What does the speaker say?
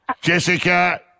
Jessica